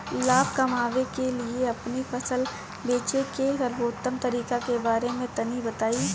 लाभ कमाने के लिए अपनी फसल के बेचे के सर्वोत्तम तरीके के बारे में तनी बताई?